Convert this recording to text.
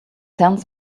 hands